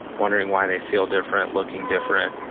wondering why they feel different, looking different,